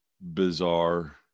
bizarre